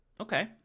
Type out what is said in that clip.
Okay